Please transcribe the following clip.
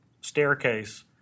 staircase